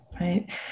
Right